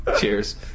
Cheers